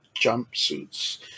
jumpsuits